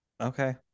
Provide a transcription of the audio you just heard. okay